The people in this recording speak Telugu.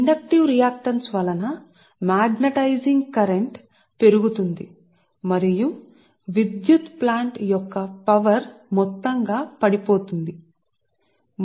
ఇన్దక్టీవ్ రియాక్టన్స్ వలన మాగ్నెటైజింగ్ కరెంటు అయస్కాంత ప్రవాహం magnetic current పెరుగుతుంది మరియు మొత్తంగా విద్యుత్ ప్లాంట్ యొక్క పవర్కుడివైపుకి వస్తుంది ఇది వాస్తవానికి శక్తి కారకం